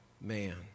man